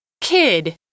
Kid